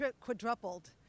quadrupled